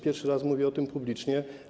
Pierwszy raz mówię o tym publicznie.